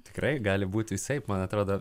tikrai gali būt visaip man atrodo